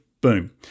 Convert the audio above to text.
boom